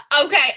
okay